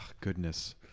goodness